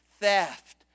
theft